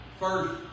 first